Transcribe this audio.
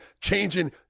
changing